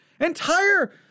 entire